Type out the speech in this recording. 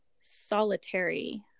solitary